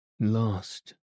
lost